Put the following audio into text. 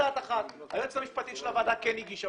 היועצת המשפטית של הוועדה כן הגישה